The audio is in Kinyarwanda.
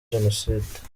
jenoside